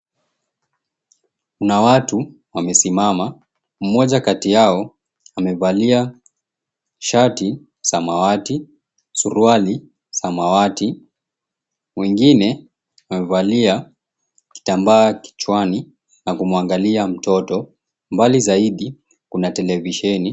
Kuna watu wamesimama. Mmoja kati yao amevalia shati samawati, suruali samawati. Mwengine amevalia kitambaa kichwani na kumwangalia mtoto. Mbali zaidi, kuna televisheni.